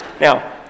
now